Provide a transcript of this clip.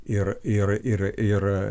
ir ir ir ir